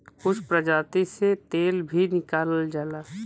कुछ प्रजाति से तेल भी निकालल जाला